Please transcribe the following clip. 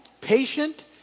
patient